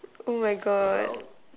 oh my God